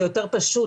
זה יותר פשוט,